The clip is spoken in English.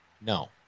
No